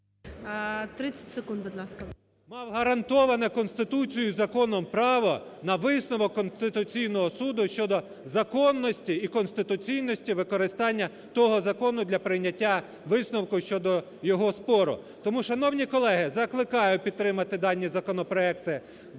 секунд, будь ласка. ЄМЕЦЬ Л.О. …мав гарантоване Конституцією і законом право на висновок Конституційного Суду щодо законності і конституційності використання того закону для прийняття висновку щодо його спору. Тому, шановні колеги, закликаю підтримати дані законопроекти в даному